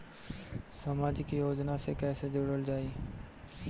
समाजिक योजना से कैसे जुड़ल जाइ?